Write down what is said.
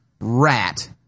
rat